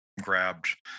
grabbed